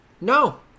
No